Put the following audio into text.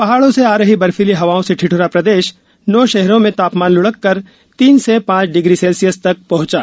पहाड़ों से आ रही बर्फीली हवाओं से ठिद्रा प्रदेश नौ शहरों में तापमान लुढ़ककर तीन से पांच डिग्री सेल्सियस तक पहुंचा